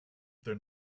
their